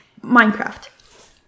Minecraft